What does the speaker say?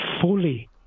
fully